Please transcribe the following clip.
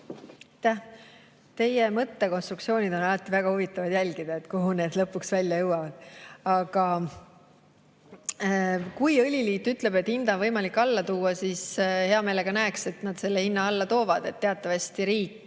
Teie mõttekonstruktsioone on alati väga huvitav jälgida, kuhu need lõpuks välja jõuavad. Kui õliliit ütleb, et hinda on võimalik alla tuua, siis hea meelega näeks, et nad selle hinna alla toovad. Teatavasti riik